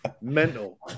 Mental